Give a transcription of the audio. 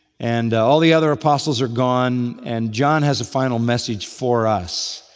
and all the other apostles are gone and john has a final message for us.